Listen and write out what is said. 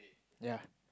ya